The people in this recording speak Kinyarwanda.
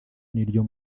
n’iryo